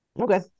okay